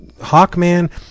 Hawkman